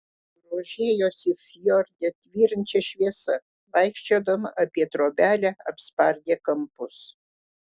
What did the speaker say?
grožėjosi fjorde tvyrančia šviesa vaikščiodama apie trobelę apspardė kampus